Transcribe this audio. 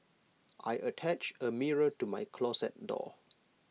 I attached A mirror to my closet door